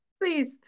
Please